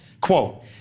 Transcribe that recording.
Quote